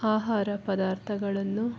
ಆಹಾರ ಪದಾರ್ಥಗಳನ್ನು